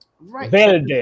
right